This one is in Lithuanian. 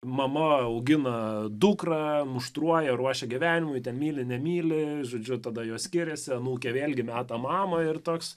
mama augina dukrą nuštruoja ruošia gyvenimui myli nemyli žodžiu tada jos skiriasi anūkė vėlgi meta mamą ir toks